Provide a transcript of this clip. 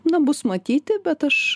na bus matyti bet aš